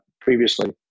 previously